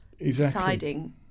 deciding